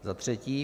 Za třetí.